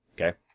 Okay